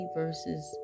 verses